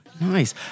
Nice